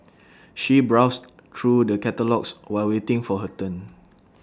she browsed through the catalogues while waiting for her turn